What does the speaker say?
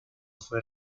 fue